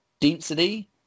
density